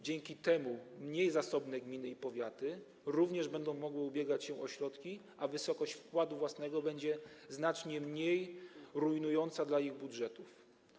Dzięki temu mniej zasobne gminy i powiaty również będą mogły ubiegać się o środki, a wysokość wkładu własnego będzie znacznie mniej rujnująca dla ich budżetów.